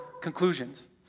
conclusions